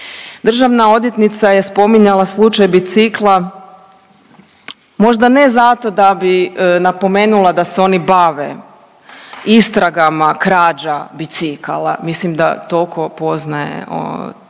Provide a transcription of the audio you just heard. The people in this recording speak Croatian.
Državna odvjetnica je spominjala slučaj bicikla možda ne zato da bi napomenula da se oni bave istragama krađa bicikala. Mislim da tolko poznaje svoj